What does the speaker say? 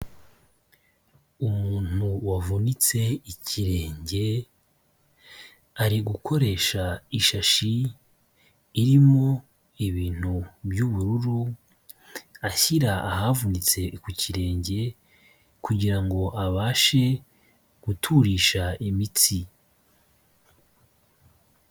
Umuntu wavunitse ikirenge ari gukoresha ishashi irimo ibintu by'ubururu ashyira ahavunitse ku kirenge kugira ngo abashe guturisha imitsi.